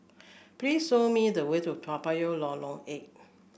please show me the way to Toa Payoh Lorong Eight